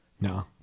No